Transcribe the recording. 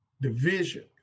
division